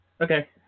Okay